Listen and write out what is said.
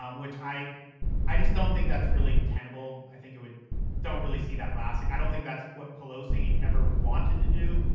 um which i i just don't think that's really tenable. i think it would don't really see that lasting. i don't think that's what pelosi ever wanted to do.